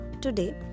today